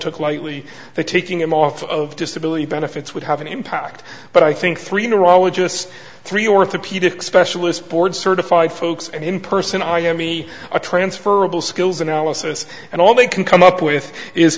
took lightly they taking him off of disability benefits would have an impact but i think three neurologists three orthopedic specialist board certified folks and in person i am me a transferrable skills analysis and all they can come up with is